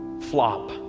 flop